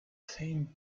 same